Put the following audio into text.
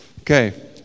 Okay